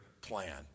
plan